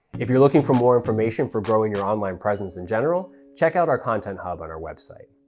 if you're looking for more information for growing your online presence in general, check out our content hub on our website.